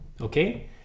okay